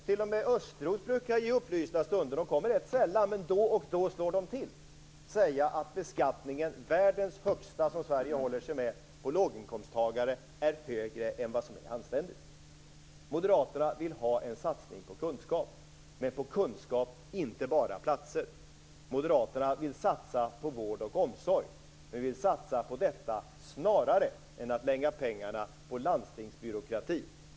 T.o.m. Östros brukar i upplysta stunder - de kommer rätt sällan, men då och då slår de till - säga att världens högsta beskattning på låginkomsttagare, som Sverige håller sig med, är högre än vad som är anständigt. Moderaterna vill ha en satsning på kunskap, men på kunskap, inte bara på platser. Moderaterna vill satsa på vård och omsorg. Vi vill satsa på detta snarare än att lägga pengar på landstingsbyråkratin.